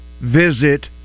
visit